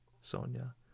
Sonia